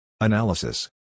Analysis